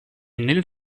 nel